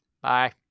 Bye